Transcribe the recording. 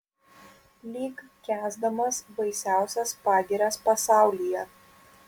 lyg kęsdamas baisiausias pagirias pasaulyje